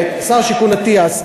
שר השיכון אטיאס,